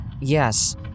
Yes